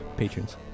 patrons